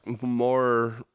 more